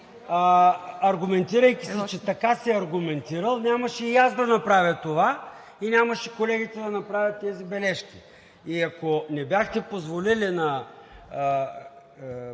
аргументирайки се, че така се аргументирал, нямаше и аз да направя това, и нямаше колегите да направят тези бележки. И ако не бяхте позволили на